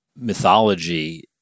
mythology